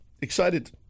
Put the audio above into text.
excited